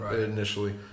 initially